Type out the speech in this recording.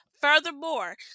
Furthermore